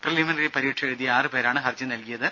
preliminary പരീക്ഷ എഴുതിയ ആറു പേരാണ് ഹർജി നൽകിയത്